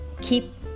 keep